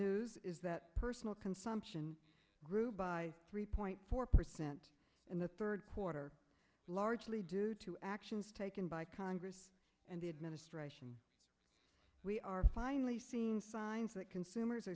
news is that personal consumption grew by three point four percent in the third quarter largely due to actions taken by congress and the administration we are finally seeing signs that consumers